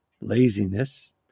laziness